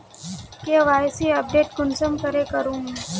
KYC update कुंसम करे करूम?